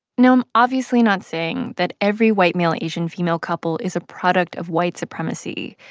now, i'm obviously not saying that every white-male asian-female couple is a product of white supremacy.